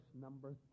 number